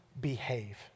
behave